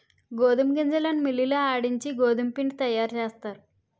గోధుమ గింజలను మిల్లి లో ఆడించి గోధుమపిండి తయారుచేస్తారు